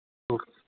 okay